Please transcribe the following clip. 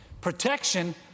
Protection